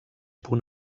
punt